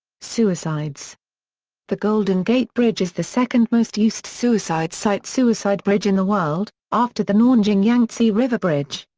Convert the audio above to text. suicides the golden gate bridge is the second-most used suicide site suicide bridge in the world, after the nanjing yangtze river bridge.